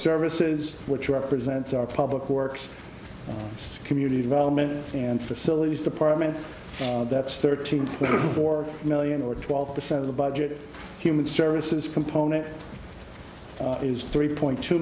services which represents our public works community development and facilities department that's thirteen point four million or twelve percent of the budget human services component is three point two